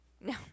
No